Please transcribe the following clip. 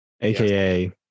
aka